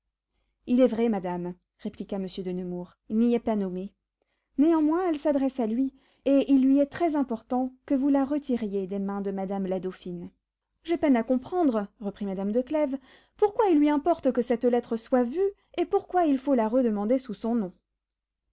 il est vrai madame répliqua monsieur de nemours il n'y est pas nommé néanmoins elle s'adresse à lui et il lui est très important que vous la retiriez des mains de madame la dauphine j'ai peine à comprendre reprit madame de clèves pourquoi il lui importe que cette lettre soit vue et pourquoi il faut la redemander sous son nom